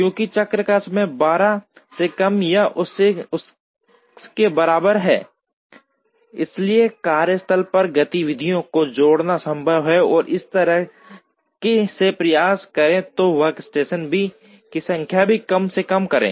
चूंकि चक्र का समय 12 से कम या इसके बराबर है इसलिए कार्यस्थल पर गतिविधियों को जोड़ना संभव है और इस तरह से प्रयास करें और वर्कस्टेशन की संख्या कम से कम करें